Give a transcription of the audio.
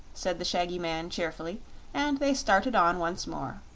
said the shaggy man, cheerfully and they started on once more.